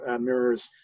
mirrors